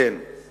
זה אותו אחד